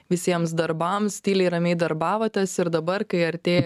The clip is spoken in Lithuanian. visiems darbams tyliai ramiai darbavotės ir dabar kai artėja